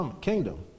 kingdom